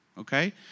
Okay